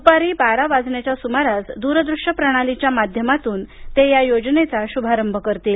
दुपारी बारा वाजण्याच्या सुमारास दूरदृश्य प्रणालीच्या माध्यमातून ते या योजनेचा शुभारंभ करतील